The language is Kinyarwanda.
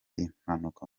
impanuka